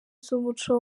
z’umuco